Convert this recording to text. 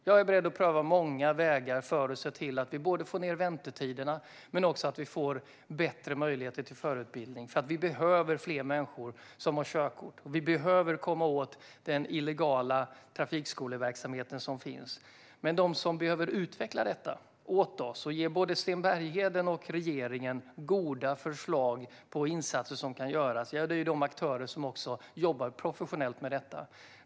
Jag är beredd att pröva många vägar för att se till att både få ned väntetiderna och få bättre möjligheter till förarutbildning. Vi behöver fler människor som har körkort. Vi behöver komma åt den illegala trafikskoleverksamhet som finns. Men de som behöver utveckla detta åt oss och ge både Sten Bergheden och regeringen goda förslag på insatser som kan göras är de aktörer som också jobbar professionellt med detta.